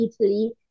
Italy